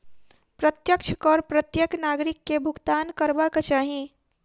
प्रत्यक्ष कर प्रत्येक नागरिक के भुगतान करबाक चाही